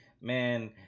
man